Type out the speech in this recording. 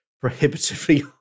prohibitively